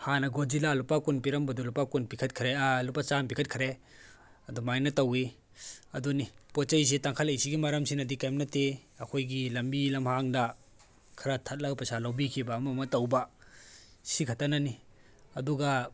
ꯍꯥꯟꯅ ꯒꯣꯖꯤꯜꯂꯥ ꯂꯨꯄꯥ ꯀꯨꯟ ꯄꯤꯔꯝꯕꯗꯣ ꯂꯨꯄꯥ ꯀꯨꯟ ꯄꯤꯈꯠꯈ꯭ꯔꯦ ꯂꯨꯄꯥ ꯆꯥꯝꯃ ꯄꯤꯈꯠꯈ꯭ꯔꯦ ꯑꯗꯨꯃꯥꯏꯅ ꯇꯧꯋꯤ ꯑꯗꯨꯅꯤ ꯄꯣꯠ ꯆꯩꯁꯤ ꯇꯥꯡꯈꯠꯂꯛꯏꯁꯤꯒꯤ ꯃꯔꯝꯁꯤꯅꯗꯤ ꯀꯔꯤꯝ ꯅꯠꯇꯦ ꯑꯩꯈꯣꯏꯒꯤ ꯂꯝꯕꯤ ꯂꯝꯍꯥꯡꯗ ꯈꯔ ꯊꯠꯂꯒ ꯄꯩꯁꯥ ꯂꯧꯕꯤꯈꯤꯕ ꯑꯃ ꯑꯃ ꯇꯧꯕ ꯁꯤꯈꯇꯅꯅꯤ ꯑꯗꯨꯒ